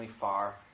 far